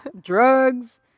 Drugs